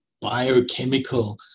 biochemical –